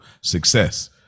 success